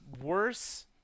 worse